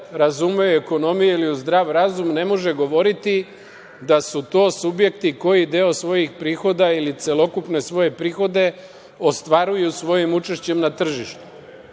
razume u ekonomiju ili u zdrav razum, ne može govoriti da su to subjekti, koji deo svojih prihoda ili celokupne svoje prihode ostvaruju svojim učešćem na tržištu. Ovde